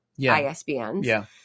ISBNs